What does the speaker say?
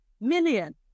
Million